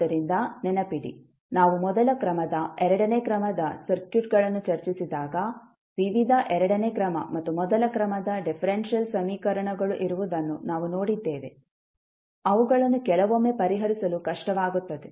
ಆದ್ದರಿಂದ ನೆನಪಿಡಿ ನಾವು ಮೊದಲ ಕ್ರಮದ ಎರಡನೇ ಕ್ರಮದ ಸರ್ಕ್ಯೂಟ್ಗಳನ್ನು ಚರ್ಚಿಸಿದಾಗ ವಿವಿಧ ಎರಡನೇ ಕ್ರಮ ಮತ್ತು ಮೊದಲ ಕ್ರಮದ ಡಿಫರೆಂಶಿಯಲ್ ಸಮೀಕರಣಗಳು ಇರುವುದನ್ನು ನಾವು ನೋಡಿದ್ದೇವೆ ಅವುಗಳನ್ನು ಕೆಲವೊಮ್ಮೆ ಪರಿಹರಿಸಲು ಕಷ್ಟವಾಗುತ್ತದೆ